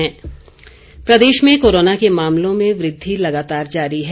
Himachal corona प्रदेश में corona के मामलों में वृद्धि लगातार जारी है